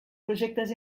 projectes